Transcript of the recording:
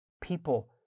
people